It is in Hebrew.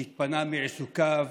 שהתפנה מעיסוקיו